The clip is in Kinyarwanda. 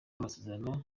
amasezerano